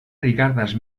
rigardas